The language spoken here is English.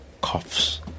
coughs